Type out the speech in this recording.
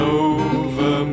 over